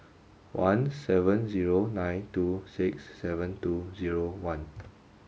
one seven zero nine two six seven two zero one